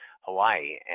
Hawaii